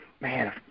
man